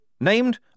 Named